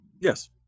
Yes